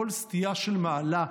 כל סטייה של מעלה,